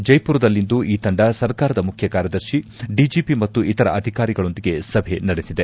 ಜೈಪುರದಲ್ಲಿಂದು ಈ ತಂಡ ಸರ್ಕಾರದ ಮುಖ್ಯಕಾರ್ಯದರ್ಶಿ ಡಿಜಿಪಿ ಮತ್ತು ಇತರ ಅಧಿಕಾರಿಗಳೊಂದಿಗೆ ಸಭೆ ನಡೆಸಿದೆ